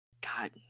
God